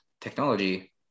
technology